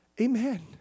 Amen